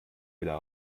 wieder